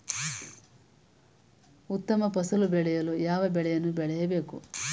ಉತ್ತಮ ಫಸಲು ಪಡೆಯಲು ಯಾವ ಬೆಳೆಗಳನ್ನು ಬೆಳೆಯಬೇಕು?